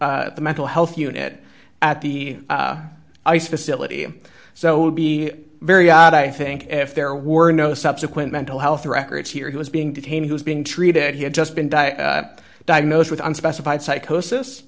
mental the mental health unit at the ice facility so would be very odd i think if there were no subsequent mental health records here he was being detained he was being treated he had just been die diagnosed with unspecified psychosis